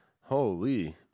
Holy